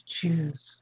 choose